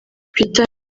peter